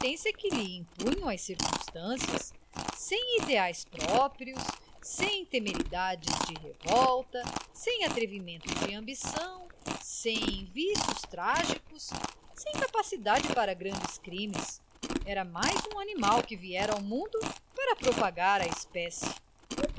existência que lhe impunham as circunstâncias sem ideais próprios sem temeridades de revolta sem atrevimentos de ambição sem vícios trágicos sem capacidade para grandes crimes era mais um animal que viera ao mundo para propagar a espécie